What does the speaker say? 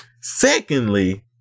secondly